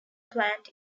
plant